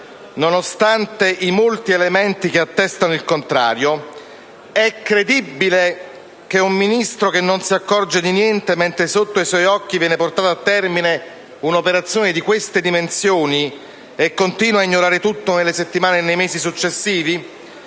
nonostante i molti elementi che attestano il contrario, è credibile che un Ministro non si accorga di niente, mentre sotto i suoi occhi viene portata a termine un'operazione di queste dimensioni, e continui a ignorare tutto nelle settimane e nei mesi successivi?